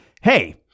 hey